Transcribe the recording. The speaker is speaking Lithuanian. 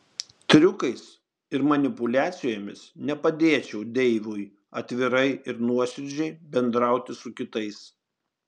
triukais ir manipuliacijomis nepadėčiau deivui atvirai ir nuoširdžiai bendrauti su kitais